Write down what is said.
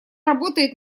работает